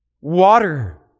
water